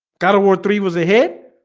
cattle war three was ahead